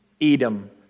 Edom